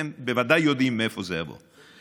אתם בוודאי יודעים מאיפה זה יבוא,